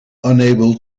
unable